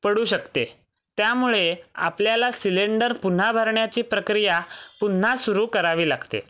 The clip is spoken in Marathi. पडू शकते त्यामुळे आपल्याला सिलेंडर पुन्हा भरण्याची प्रक्रिया पुन्हा सुरु करावी लागते